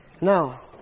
Now